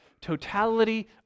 totality